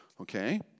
okay